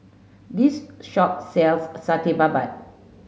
this shop sells Satay Babat